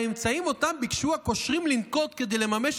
האמצעים שאותם ביקשו הקושרים לנקוט כדי לממש